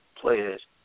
players